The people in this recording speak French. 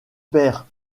père